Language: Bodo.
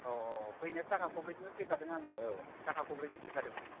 औ औ औ फैनाया साखा खब्रैजोंनो फैखादों आङो औ साखा खब्रैजों फैखादोंमोन